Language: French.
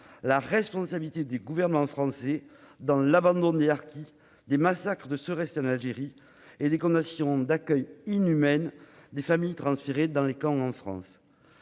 la responsabilité des gouvernements français dans l'abandon des harkis, les massacres de ceux restés en Algérie et les conditions d'accueil inhumaines des familles transférées dans les camps en France.